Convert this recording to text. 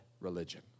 religion